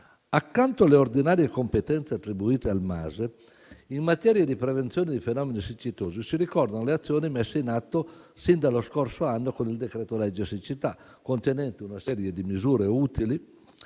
Accanto alle ordinarie competenze attribuite al MASE in materia di prevenzione dei fenomeni siccitosi, si ricordano le azioni messe in atto sin dallo scorso anno con il decreto-legge siccità, contenente una serie di misure utili